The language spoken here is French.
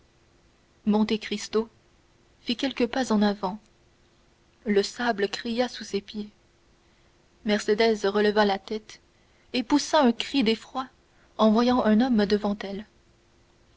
monte cristo fit quelques pas en avant le sable cria sous ses pieds mercédès releva la tête et poussa un cri d'effroi en voyant un homme devant elle